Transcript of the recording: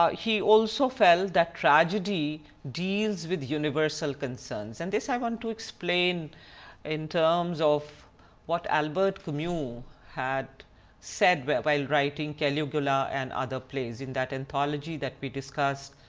ah he also felt that tragedy deals with universal concerns, and this i want to explain in terms of what albert um camus had said but while writing caligula and other plays in that anthology that we discussed,